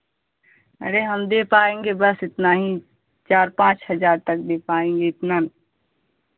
अरे हम दे पाएँगे बस इतना ही चार पाँच हज़ार तक दे पाएँगे इतना